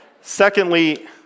Secondly